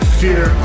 fear